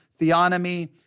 Theonomy